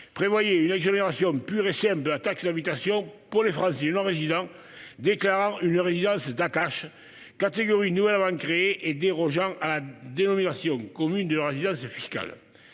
prévoyait une exonération pure et simple de la taxe d'habitation pour les Français non-résidents déclarant une résidence d'attache, catégorie nouvellement créée et dérogeant à la définition commune de la résidence fiscale.